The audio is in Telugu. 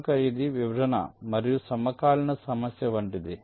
కనుక ఇది విభజన మరియు సమకాలీన సమస్య వంటిది